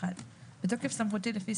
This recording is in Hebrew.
נפתח במשרד הבריאות.